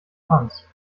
puns